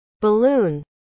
Balloon